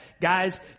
Guys